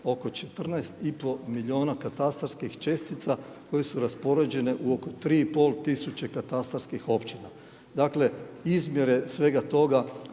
oko 14,5 milijuna katastarskih čestica koje su raspoređene u oko 3,5 tisuće katastarskih općina. Dakle izmjere svega toga